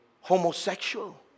homosexual